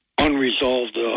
unresolved